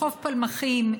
בחוף פלמחים,